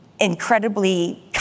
incredibly